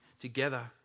together